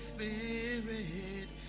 Spirit